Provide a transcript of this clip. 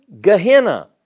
Gehenna